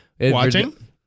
Watching